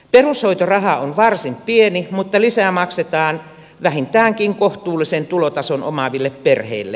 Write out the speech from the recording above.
perushoitoraha on varsin pieni mutta lisää maksetaan vähintäänkin kohtuullisen tulotason omaaville perheille